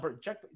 check